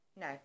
no